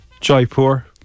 Jaipur